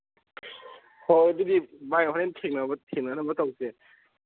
ꯍꯣꯏ ꯑꯗꯨꯗꯤ ꯚꯥꯏ ꯍꯣꯔꯦꯟ ꯊꯦꯅꯅꯕ ꯇꯧꯁꯦ